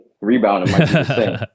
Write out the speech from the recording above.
Rebounding